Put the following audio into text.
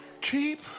keep